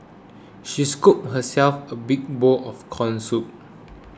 she scooped herself a big bowl of Corn Soup